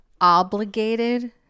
obligated